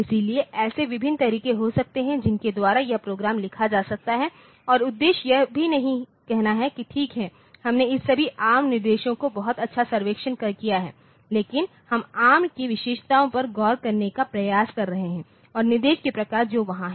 इसलिए ऐसे विभिन्न तरीके हो सकते हैं जिनके द्वारा यह प्रोग्राम लिखा जा सकता है और उद्देश्य यह भी नहीं कहना है कि ठीक है हमने इस सभी एआरएमनिर्देशों का बहुत अच्छा सर्वेक्षण किया है लेकिन हम एआरएम की विशेषताओं पर गौर करने का प्रयास कर रहे हैं और निर्देश के प्रकार जो वहाँ हैं